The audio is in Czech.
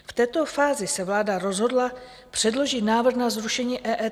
V této fázi se vláda rozhodla předložit návrh na zrušení EET.